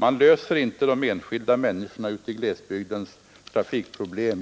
Man löser inte trafikproblemen för de enskilda människorna ute i glesbygden